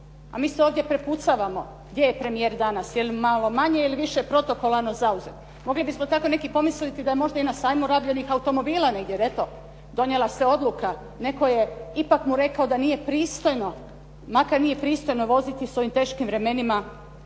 a mi se ovdje prepucavamo gdje je premijer danas, je li malo manje ili malo više protokolarno zauzet. Mogli bismo tako neki pomisliti da je možda i na sajmu rabljenih automobila, jer eto donijela se odluka, netko je ipak mu rekao da nije pristojno, makar nije pristojno voziti se u ovim teškim vremenima